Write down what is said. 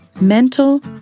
mental